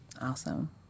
Awesome